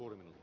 uinnin